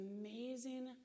amazing